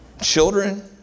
children